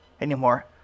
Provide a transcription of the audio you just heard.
Anymore